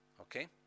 Okay